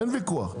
אין ויכוח,